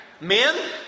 Men